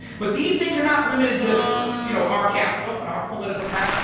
but these things are not limited to you know our capital and our political class.